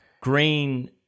green